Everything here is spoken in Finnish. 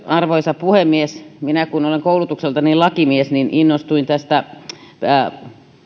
arvoisa puhemies minä kun olen koulutukseltani lakimies niin innostuin